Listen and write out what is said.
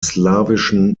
slawischen